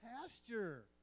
pasture